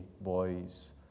boys